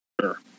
sure